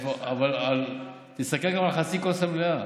אבל תסתכל גם על חצי הכוס המלאה.